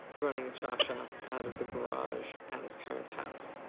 running a chop-shop out of the garage at his parents' house.